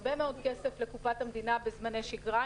הרבה מאוד כסף לקופת המדינה בזמני שגרה.